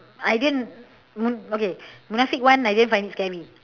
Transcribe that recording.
I didn't mun~ okay munafik one I didn't find it scary